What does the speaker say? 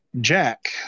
Jack